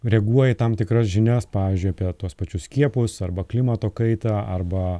reaguoja į tam tikras žinias pavyzdžiui apie tuos pačius skiepus arba klimato kaitą arba